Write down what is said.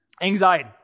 Anxiety